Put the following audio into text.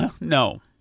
No